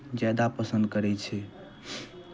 ज्यादा पसन्द करै छै